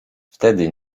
wtedy